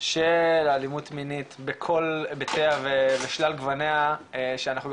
של האלימות המינית בכל היבטיה ושלל גווניה שאנחנו גם